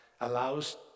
allows